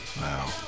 Wow